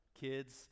kids